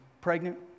pregnant